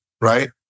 right